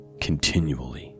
continually